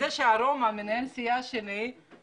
אנחנו מחדשים את הישיבה שלנו בהצעת חוק לתיקון